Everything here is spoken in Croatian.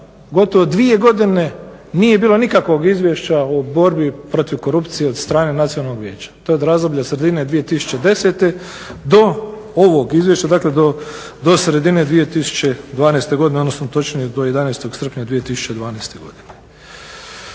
gotovo dvije godine nije bilo nikakvog izvješća o borbi protiv korupcije od strane nacionalnog vijeća. To je od razdoblja sredine 2010. do ovog izvješća, dakle do sredine 2012. godine odnosno točnije do 11. srpnja 2012. godine.